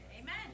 Amen